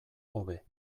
hobe